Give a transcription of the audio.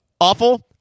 awful